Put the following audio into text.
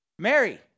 Mary